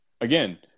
again